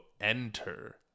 enter